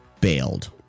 bailed